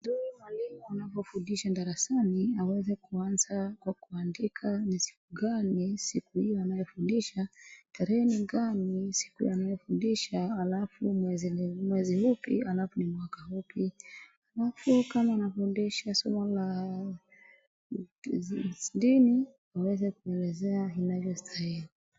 Ndio mwalimu anapofundisha darasani, aweze kuanza kwa kuandika ni siku gani siku hiyo anayofundisha, tarehe ni gani siku anayofundisha, alafu mwezi ni mwezi upi, alafu ni mwaka upi. Alafu kama anafundisha somo la dini, aweze kuelezea inavyostahili.